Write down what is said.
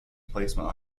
placement